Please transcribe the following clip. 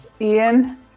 Ian